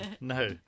no